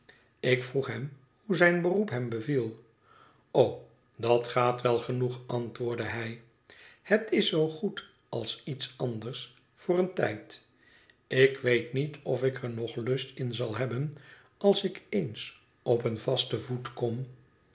ik vroeg hem hoe zijn beroep hem beviel o dat gaat wel genoeg antwoordde hij het is zoo goed als iets anders voor een tijd ik weet niet of ik er nog lust in zal hebben als ik eens op een vasten voet kom